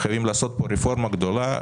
חייבים לעשות פה רפורמה גדולה,